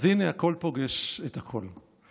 אז הינה, הכול פוגש את הכול.